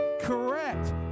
Correct